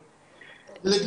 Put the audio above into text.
שולי.